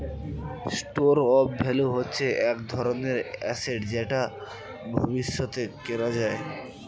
store of value হচ্ছে এক ধরনের অ্যাসেট যেটা ভবিষ্যতে কেনা যায়